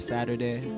Saturday